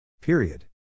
Period